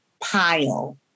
pile